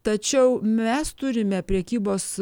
tačiau mes turime prekybos